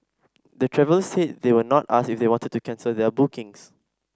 the travellers said they were not asked if they wanted to cancel their bookings